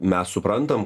mes suprantam